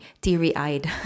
teary-eyed